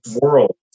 world